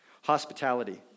Hospitality